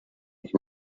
ich